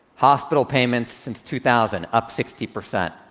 hospital payments since two thousand, up sixty percent.